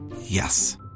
Yes